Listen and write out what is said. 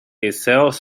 itself